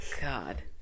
god